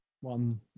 one